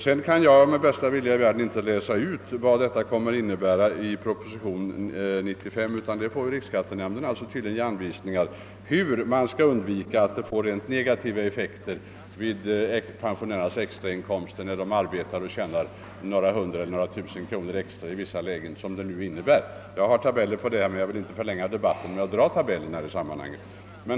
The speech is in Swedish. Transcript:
Jag kan inte med bästa vilja i världen läsa ut vad propositionen nr 95 innebär härvidlag, utan riksskattenämnden får väl ge anvisningar om hur man skall undvika att det uppstår rent negativa effekter i vissa fall då pensionärer förtjänar några hundratals, eller kanske tusen, kronor extra. Jag har tabeller som visar att man även med de nya reglerna förlorar på extrainkomster men vill inte förlänga debatten med att ta upp dem i det här sammanhanget.